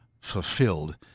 fulfilled